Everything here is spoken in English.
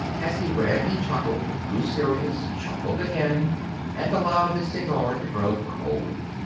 as he read he chuckled, grew serious, chuckled again and allowed his cigar to grow cold.